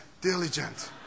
Diligent